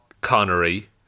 Connery